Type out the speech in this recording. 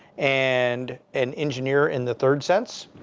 and an engineer in the third sense.